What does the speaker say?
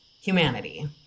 humanity